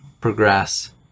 progress